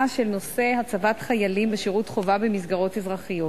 נושא הצבת חיילים בשירות חובה במסגרות אזרחיות.